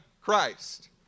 Christ